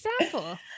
example